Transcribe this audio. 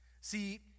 See